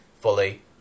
fully